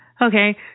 Okay